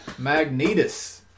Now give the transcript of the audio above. Magnetus